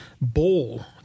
bowl